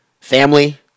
Family